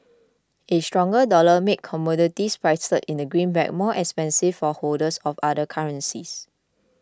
a stronger dollar makes commodities priced in the greenback more expensive for holders of other currencies